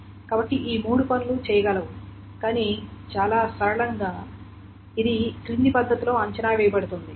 కాబట్టి ఈ మూడు పనులు చేయగలవు కానీ చాలా సరళంగా ఇది క్రింది పద్ధతిలో అంచనా వేయబడుతుంది